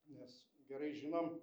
nes gerai žinom